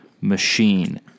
machine